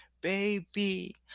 Baby